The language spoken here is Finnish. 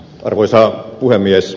arvoisa puhemies